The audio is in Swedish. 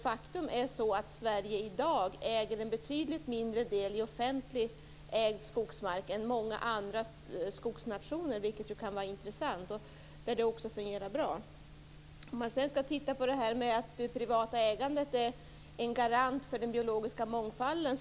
Faktum är att Sverige i dag har en betydligt mindre andel offentligt ägd skogsmark än många andra skogsnationer. Det kan ju vara intressant att veta. I andra länder fungerar det också bra. Sedan kan man titta på det här med att det privata ägandet är en garant för den biologiska mångfalden.